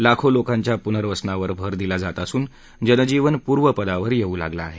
लाखो लोकांच्या पुनर्वसनावर भर दिला जात असून जनजीवन पूर्वपदावर येऊ लागलं आहे